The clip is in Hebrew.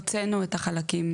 הוצאנו את החלקים.